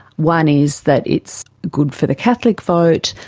one is that it's good for the catholic vote.